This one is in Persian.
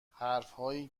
حرفهایی